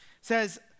says